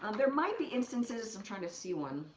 um there might be instances, i'm trying to see one,